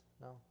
No